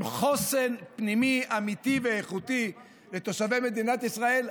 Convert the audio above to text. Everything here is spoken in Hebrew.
חוסן פנימי אמיתי ואיכותי לתושבי מדינת ישראל,